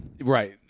Right